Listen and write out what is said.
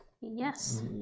Yes